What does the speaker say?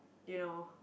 you know